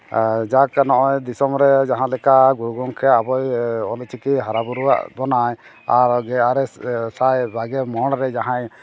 ᱟᱨ ᱡᱟᱠ ᱱᱚᱜᱼᱚᱭ ᱫᱤᱥᱚᱢᱨᱮ ᱡᱟᱦᱟᱸᱞᱮᱠᱟ ᱜᱩᱨᱩ ᱜᱚᱢᱠᱮ ᱟᱵᱚᱭ ᱚᱞ ᱪᱤᱠᱤ ᱵᱟᱨᱟᱼᱵᱩᱨᱩ ᱟᱜ ᱵᱚᱱᱟᱭ ᱟᱨ ᱜᱮ ᱟᱨᱮ ᱥᱟᱭ ᱵᱟᱜᱮ ᱢᱚᱬᱨᱮ ᱡᱟᱦᱟᱸᱭ